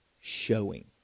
showing